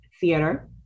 Theater